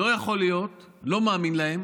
לא יכול להיות, לא מאמין להם